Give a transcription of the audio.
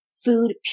Food